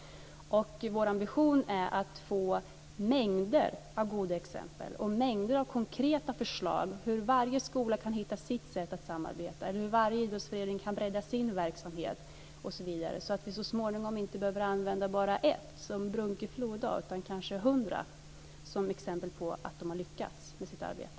Vår ambition är att få mängder av goda exempel och mängder av konkreta förslag på hur varje skola kan hitta sitt sätt att samarbeta eller hur varje idrottsförening kan bredda sin verksamhet osv., så att vi så småningom inte behöver använda bara ett, som Bunkeflo, utan kanske hundra exempel på att man har lyckats med sitt arbete.